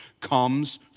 comes